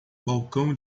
balcão